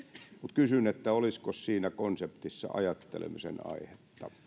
kysyn olisiko siinä konseptissa ajattelemisen aihetta